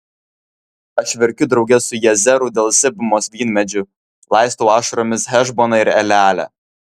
aš verkiu drauge su jazeru dėl sibmos vynmedžių laistau ašaromis hešboną ir elealę